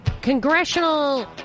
Congressional